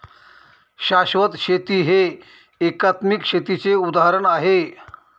शाश्वत शेती हे एकात्मिक शेतीचे उदाहरण आहे